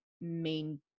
main